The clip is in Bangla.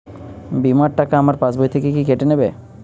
বিমার টাকা আমার পাশ বই থেকে কি কেটে নেবে?